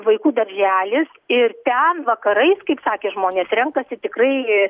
vaikų darželis ir ten vakarais kaip sakė žmonės renkasi tikrai